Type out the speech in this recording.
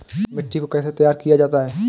मिट्टी को कैसे तैयार किया जाता है?